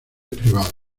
privados